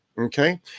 Okay